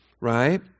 right